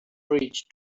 bridge